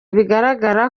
bigaragara